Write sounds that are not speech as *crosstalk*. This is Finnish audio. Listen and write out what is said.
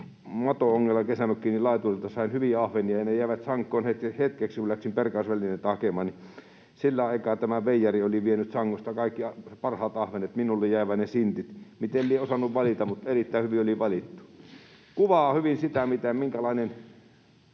mato-ongella kesämökkini laiturilta ja sain hyviä ahvenia. Ne jäivät sankoon hetkeksi, kun läksin perkausvälineitä hakemaan, ja sillä aikaa tämä veijari oli vienyt sangosta kaikki parhaat ahvenet, ja minulle jäivät vain ne sintit. Miten lie osannut valita, mutta erittäin hyvin oli valittu. *laughs* Kuvaa hyvin sitä, minkälainen